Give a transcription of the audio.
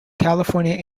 california